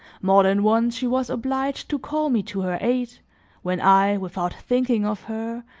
more than once, she was obliged to call me to her aid when i, without thinking of her,